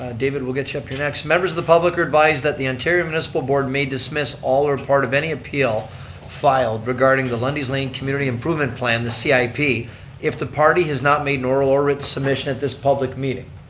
david, we'll get you up here next members of the public are advised that the ontario municipal board may dismiss all or part of any appeal filed regarding the lundy's lane community improvement plan, the cip, ah if the party has not made an oral or written submission at this public meeting.